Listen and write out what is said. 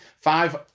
five